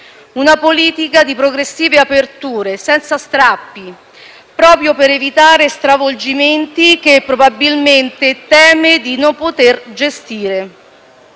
Una politica di progressive aperture senza strappi, proprio per evitare stravolgimenti che probabilmente teme di non poter governare.